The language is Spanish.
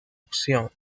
opción